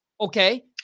Okay